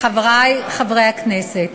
חברי חברי הכנסת,